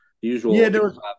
usual